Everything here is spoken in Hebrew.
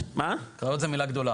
קריות זה מילה גדולה.